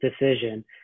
decision